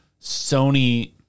Sony